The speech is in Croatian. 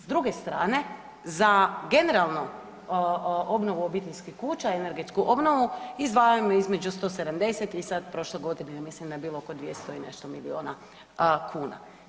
S druge strane za generalno obnovu obiteljskih kuća i energetsku obnovu izdvajamo između 170 i sad prošle godine ja mislim da je bilo oko 200 i nešto milijuna kuna.